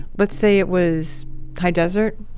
let's say it was high desert